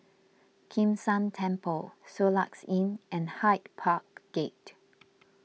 Kim San Temple Soluxe Inn and Hyde Park Gate